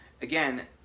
Again